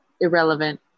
irrelevant